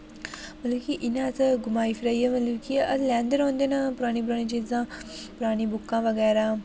मतलब कि इ'यां अस घुमाई फराईयै मतलब कि अस लैंदे रौहंदे न परानी परानी चीजां परानी बुकां बगैरा